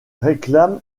réclame